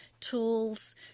tools